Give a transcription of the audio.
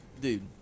dude